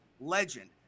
legend